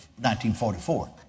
1944